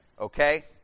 Okay